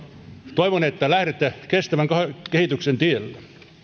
toivon että lähdette kestävän kehityksen tielle